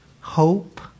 Hope